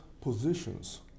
positions